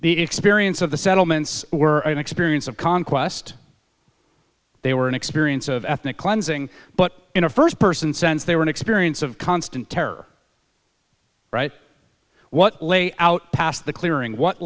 the experience of the settlements were an experience of conquest they were an experience of ethnic cleansing but in a first person sense they were an experience of constant terror what lay out past the clearing what